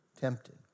tempted